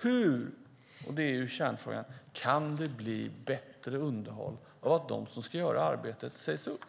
Hur - detta är kärnfrågan - kan det bli bättre underhåll av att de som ska göra arbetet sägs upp?